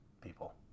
people